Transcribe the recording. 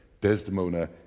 Desdemona